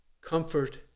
comfort